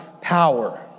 power